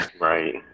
Right